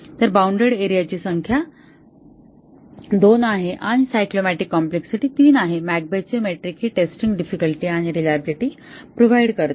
तर bounded area ची संख्या 2 आहे आणि सायक्लोमॅटिक कॉम्प्लेक्सिटी 3 आहे मॅककेबचे मेट्रिक ही टेस्टिंग डिफिकल्टी आणि रिलाएबिलिटी प्रोव्हाइड करते